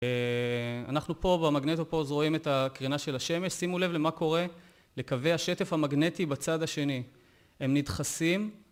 אנחנו פה ב-magnetopause רואים את הקרינה של השמש, שימו לב למה קורה לקווי השטף המגנטי בצד השני הם נדחסים